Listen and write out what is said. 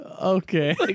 Okay